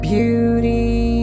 Beauty